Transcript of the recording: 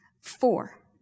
Four